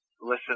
Listen